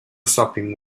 sopping